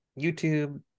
YouTube